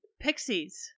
Pixies